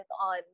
on